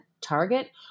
target